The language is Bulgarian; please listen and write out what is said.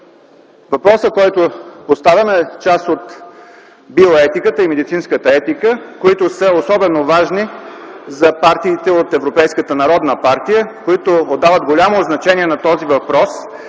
Въпросът, който поставям, е част от биоетиката и медицинската етика, които са особено важни за партиите от Европейската народна партия, които отдават голямо значение на този въпрос,